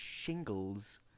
shingles